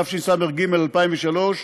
התשס"ג 2003,